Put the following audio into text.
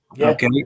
Okay